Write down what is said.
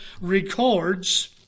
records